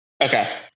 Okay